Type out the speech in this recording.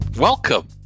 Welcome